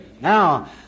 Now